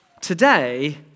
today